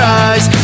eyes